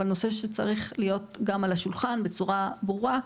אבל נושא שצריך להיות גם על השולחן בצורה ברורה,